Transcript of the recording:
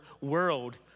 world